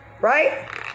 right